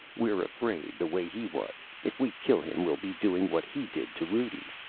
we're afraid, the way he was. if we kill him we'll be doing what he did to rudi.